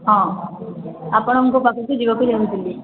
ହଁ ଆପଣଙ୍କ ପାଖକୁ ଯିବା ପାଇଁ ଚାଁହୁଥିଲି